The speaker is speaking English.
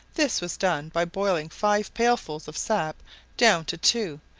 this was done by boiling five pails-full of sap down to two,